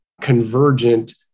convergent